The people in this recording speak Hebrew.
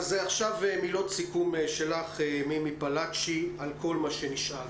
עכשיו מילות סיכום, מימי פלאטשי על כל מה שנשאל.